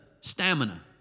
stamina